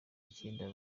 icyenda